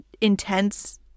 intense